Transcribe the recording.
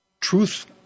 truth